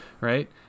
Right